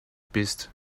bist